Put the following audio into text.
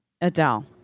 Adele